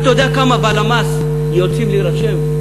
אתה יודע כמה לפי הלמ"ס יוצאים להירשם,